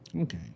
Okay